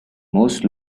most